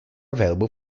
available